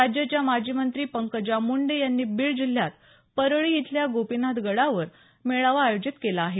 राज्याच्या माजी मंत्री पंकजा मुंडे यांनी बीड जिल्ह्यात परळी इथल्या गोपीनाथ गडावर मेळावा आयोजित केला आहे